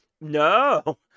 no